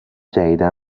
جدیدا